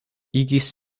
igis